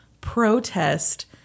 protest